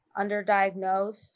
underdiagnosed